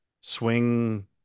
swing